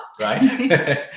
right